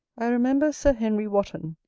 i remember sir henry wotton,